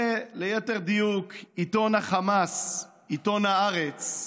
וליתר דיוק, עיתון החמאס, עיתון הארץ,